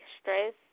stress